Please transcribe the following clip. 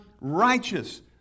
righteous